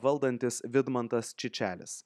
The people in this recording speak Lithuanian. valdantis vidmantas čičelis